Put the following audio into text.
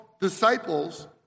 Disciples